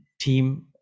team